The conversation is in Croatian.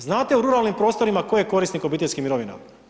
Znate u ruralnim prostorima tko je korisnik obiteljskih mirovina?